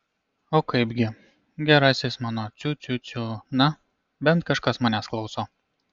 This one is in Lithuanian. o kaipgi gerasis mano ciu ciu ciu na bent kažkas manęs klauso